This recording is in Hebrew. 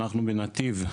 אנחנו בנתיב,